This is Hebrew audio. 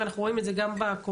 אנחנו רואים את זה גם בקורונה,